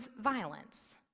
violence